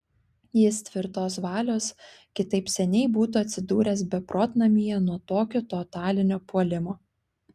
jis tvirtos valios kitaip seniai būtų atsidūręs beprotnamyje nuo tokio totalinio puolimo